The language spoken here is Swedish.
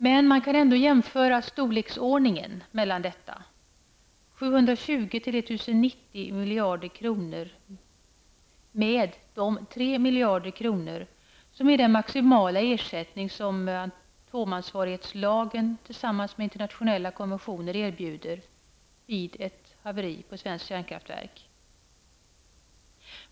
Men man kan ändå jämföra skillnaden i storlek mellan dessa 720--1 090 miljarder kronor och de 3 miljarder kronor som är den maximala ersättning som atomansvarighetslagen tillsammans med internationella konventioner erbjuder vid ett haveri av ett svenskt kärnkraftverk.